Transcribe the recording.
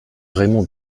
raymond